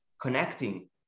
connecting